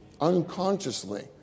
unconsciously